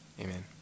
Amen